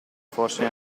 forse